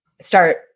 start